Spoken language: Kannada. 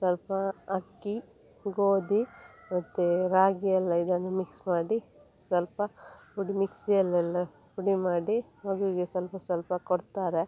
ಸ್ವಲ್ಪ ಅಕ್ಕಿ ಗೋಧಿ ಮತ್ತು ರಾಗಿಯೆಲ್ಲ ಇದನ್ನು ಮಿಕ್ಸ್ ಮಾಡಿ ಸ್ವಲ್ಪ ಪುಡಿ ಮಿಕ್ಸಿಯಲ್ಲೆಲ್ಲ ಪುಡಿ ಮಾಡಿ ಮಗುವಿಗೆ ಸ್ವಲ್ಪ ಸ್ವಲ್ಪ ಕೊಡ್ತಾರೆ